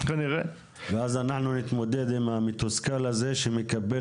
ואז אנחנו נתמודד עם המתוסכל הזה שמקבל